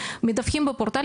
מדווחים בפורטל.